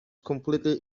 completely